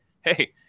hey